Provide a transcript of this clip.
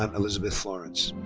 um elizabeth florence.